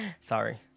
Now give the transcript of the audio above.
Sorry